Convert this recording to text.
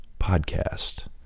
podcast